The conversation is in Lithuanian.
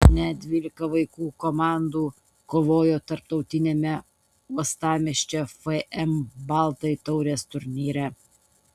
net dvylika vaikų komandų kovojo tarptautiniame uostamiesčio fm baltai taurės turnyre